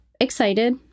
excited